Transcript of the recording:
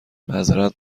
معذرت